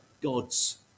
gods